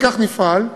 וכך נפעל,